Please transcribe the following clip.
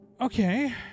Okay